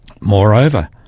Moreover